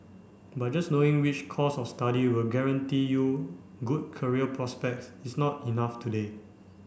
but just knowing which course of study will guarantee you good career prospects is not enough today